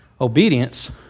obedience